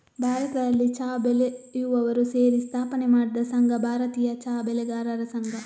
ಭಾರತದಲ್ಲಿ ಚಾ ಬೆಳೆಯುವವರು ಸೇರಿ ಸ್ಥಾಪನೆ ಮಾಡಿದ ಸಂಘ ಭಾರತೀಯ ಚಾ ಬೆಳೆಗಾರರ ಸಂಘ